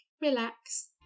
relax